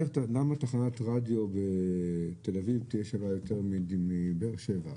למה תחנת רדיו בתל אביב תהיה שווה יותר מבאר שבע?